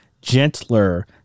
gentler